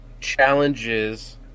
Challenges